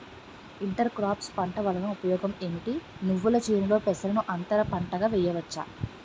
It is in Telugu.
ఇంటర్ క్రోఫ్స్ పంట వలన ఉపయోగం ఏమిటి? నువ్వుల చేనులో పెసరను అంతర పంటగా వేయవచ్చా?